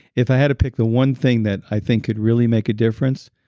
if i had to pick the one thing that i think could really make a difference,